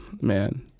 man